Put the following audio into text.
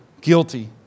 Guilty